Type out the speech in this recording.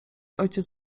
ojciec